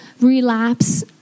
relapse